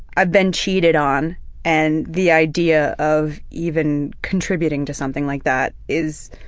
i've been cheated on and the idea of even contributing to something like that is.